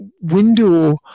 window